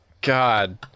God